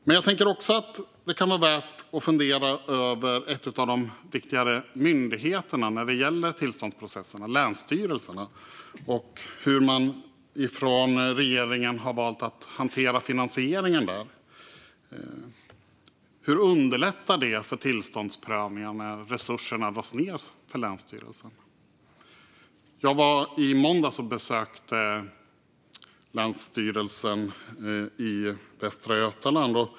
Det kan också vara värt att fundera över en grupp av viktiga myndigheter när det gäller tillståndsprocesserna, nämligen länsstyrelserna, och hur man från regeringen har valt att hantera finansieringen där. Hur underlättar det för tillståndsprövningen att resurserna till länsstyrelserna dras ned? Jag var i måndags och besökte Länsstyrelsen Västra Götaland.